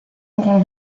laurent